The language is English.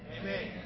Amen